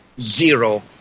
zero